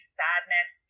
sadness